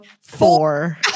four